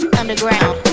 underground